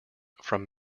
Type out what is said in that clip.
from